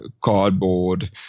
cardboard